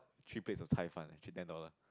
three plates of caifan actually ten dollar